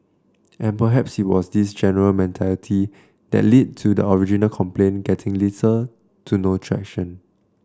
and perhaps it was this general mentality that lead to the original complaint getting less to no traction